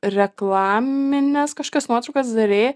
reklamines kažkokias nuotraukas darei